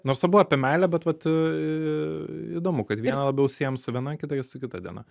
nors abu apie meilę bet vat įdomu kad vieną labiau siejam su viena kitą su kita diena